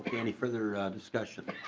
any further discussion?